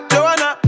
Joanna